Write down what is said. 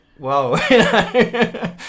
whoa